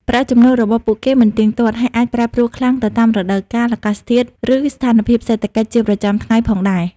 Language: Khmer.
ប្រាក់ចំណូលរបស់ពួកគេមិនទៀងទាត់ ហើយអាចប្រែប្រួលខ្លាំងទៅតាមរដូវកាល អាកាសធាតុ ឬស្ថានភាពសេដ្ឋកិច្ចជាប្រចាំថ្ងៃផងដែរ ។